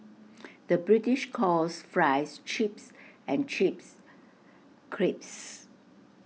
the British calls Fries Chips and Chips Crisps